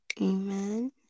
amen